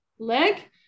Leg